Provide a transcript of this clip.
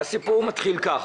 רבותיי,